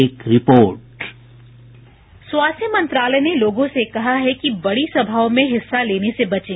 एक report bite स्वास्थ्य मंत्रालय ने लोगों से कहा है कि बड़ी सभाओं में हिस्सा लेने से बचें